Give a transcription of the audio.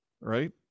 Right